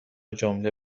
جمله